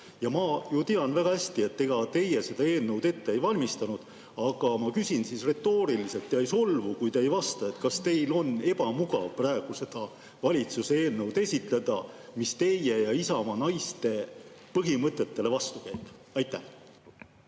Ma ju tean väga hästi, et ega teie seda eelnõu ette ei valmistanud, aga ma küsin retooriliselt ja ei solvu, kui te ei vasta: kas teil on ebamugav praegu seda valitsuse eelnõu esitada, mis teie ja Isamaa naiste põhimõtetele vastu käib? Aitäh,